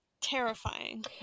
Terrifying